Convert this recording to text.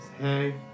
Hey